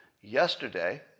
Yesterday